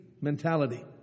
mentality